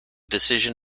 decision